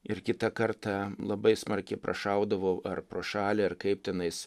ir kitą kartą labai smarkiai prašaudavau ar pro šalį ar kaip tenais